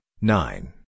nine